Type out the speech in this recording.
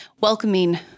welcoming